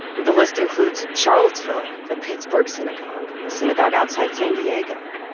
the list includes charlottesville, a pittsburgh synagogue, a synagogue outside san diego.